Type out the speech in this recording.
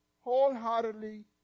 wholeheartedly